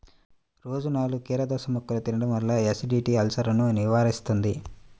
రోజూ నాలుగు కీరదోసముక్కలు తినడం వల్ల ఎసిడిటీ, అల్సర్సను నివారిస్తుంది